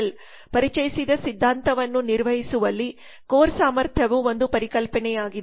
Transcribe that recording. Prahalad and Gary Hamel ಪರಿಚಯಿಸಿದ ಸಿದ್ಧಾಂತವನ್ನು ನಿರ್ವಹಿಸುವಲ್ಲಿ ಕೋರ್ ಸಾಮರ್ಥ್ಯವು ಒಂದು ಪರಿಕಲ್ಪನೆಯಾಗಿದೆ